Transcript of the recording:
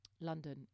London